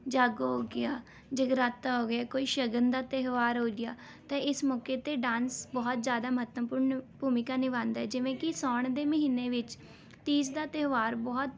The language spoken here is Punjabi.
ਜਾਗੋ ਹੋ ਗਿਆ ਜਗਰਾਤਾ ਹੋ ਗਿਆ ਕੋਈ ਸ਼ਗਨ ਦਾ ਤਿਉਹਾਰ ਹੋ ਗਿਆ ਤਾਂ ਇਸ ਮੌਕੇ 'ਤੇ ਡਾਂਸ ਬਹੁਤ ਜ਼ਿਆਦਾ ਮਹੱਤਵਪੂਰਨ ਭੂਮਿਕਾ ਨਿਭਾਉਂਦਾ ਹੈ ਜਿਵੇਂ ਕਿ ਸਾਉਣ ਦੇ ਮਹੀਨੇ ਵਿੱਚ ਤੀਜ ਦਾ ਤਿਉਹਾਰ ਬਹੁਤ